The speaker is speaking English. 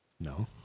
No